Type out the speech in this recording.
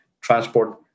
transport